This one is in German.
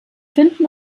finden